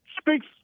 speaks